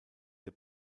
der